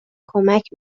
کمک